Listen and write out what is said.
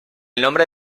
nombre